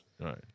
Right